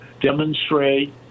demonstrate